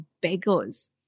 beggars